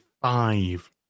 five